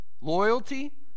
Loyalty